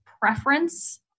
preference